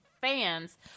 fans